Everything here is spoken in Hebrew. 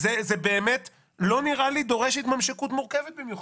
זה באמת לא נראה לי דורש התממשקות מורכבת במיוחד.